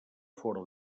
fora